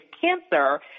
cancer